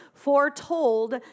foretold